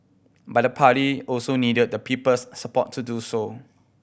but the party also needed the people's support to do so